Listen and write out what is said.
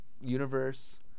universe